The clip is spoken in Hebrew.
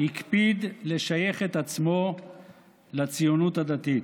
הקפיד לשייך את עצמו לציונות הדתית.